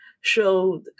showed